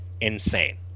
Insane